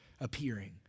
appearing